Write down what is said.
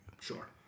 Sure